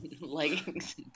leggings